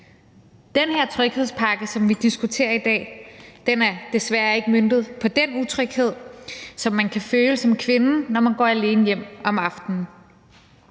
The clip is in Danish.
Den her tryghedspakke, som vi diskuterer i dag, er desværre ikke møntet på den utryghed, som man kan føle som kvinde, når man går alene hjem om aftenen.